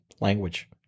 language